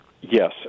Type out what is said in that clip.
Yes